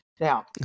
Now